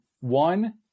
one